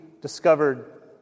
discovered